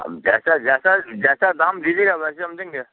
हम जैसा जैसा जैसा दाम दीजिएगा वैसे हम देंगे